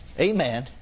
Amen